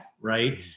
right